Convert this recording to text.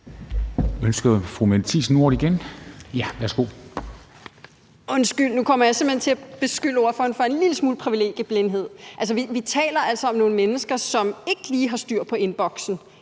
Kl. 14:40 Mette Thiesen (NB): Undskyld, nu kommer jeg simpelt hen til at beskylde ordføreren for en lille smule privilegieblindhed. Vi taler altså om nogle mennesker, som ikke lige har styr på e-boksen,